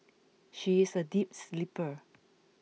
she is a deep sleeper